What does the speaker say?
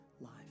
life